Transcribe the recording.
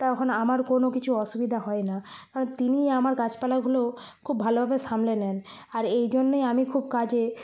তখন আমার কোনও কিছু অসুবিধা হয় না কারণ তিনিই আমার গাছপালাগুলো খুব ভালোভাবে সামলে নেন আর এই জন্যই আমি খুব কাজে